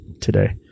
today